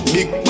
Big